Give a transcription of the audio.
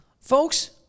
Folks